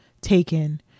taken